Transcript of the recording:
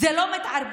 זה לא מתערבב.